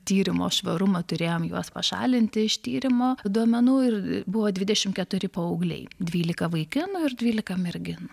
tyrimo švarumą turėjom juos pašalinti iš tyrimo duomenų ir buvo dvidešimt keturi paaugliai dvylika vaikinų ir dvylika merginų